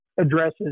addresses